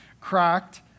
cracked